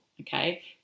okay